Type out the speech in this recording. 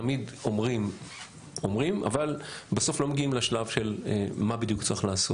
תמיד אומרים אבל בסוף לא מגיעים לשלב של מה בדיוק צריך לעשות.